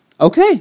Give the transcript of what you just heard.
Okay